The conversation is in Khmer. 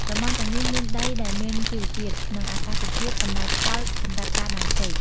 តំបន់ទាំងនេះមានដីដែលមានជីវជាតិ និងអាកាសធាតុអំណោយផលសម្រាប់ការដាំចេក។